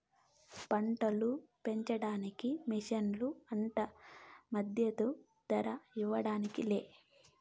పంటలు పెంచడానికి మిషన్లు అంట మద్దదు ధర ఇవ్వడానికి లే